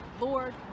Lord